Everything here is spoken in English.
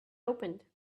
opened